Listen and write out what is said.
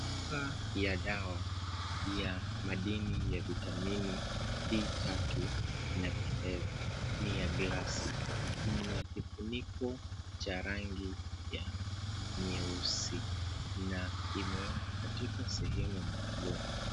Chupa ya dawa ya madini ya vitamini D3 inapendeza, ni ya glasi ina kifuniko cha rangi ya nyeusi na imewekwa katika sehemu maalum.